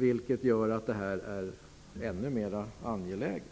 Det gör det här ännu mer angeläget.